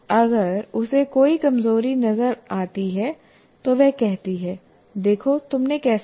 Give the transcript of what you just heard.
अगर उसे कोई कमजोरी नजर आती है तो वह कहती है देखो तुमने कैसा किया